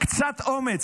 קצת אומץ.